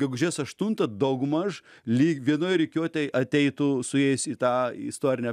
gegužės aštuntą daugmaž lyg vienoj rikiuotėj ateitų su jais į tą istorinę